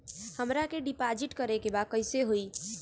हमरा के डिपाजिट करे के बा कईसे होई?